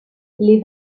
les